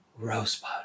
Rosebud